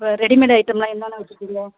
இப்ப ரெடிமேட் ஐட்டம்லாம் என்னன்ன வைச்சுருக்கீங்க